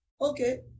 Okay